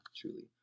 truly